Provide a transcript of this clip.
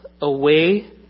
away